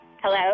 Hello